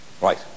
Right